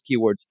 keywords